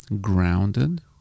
grounded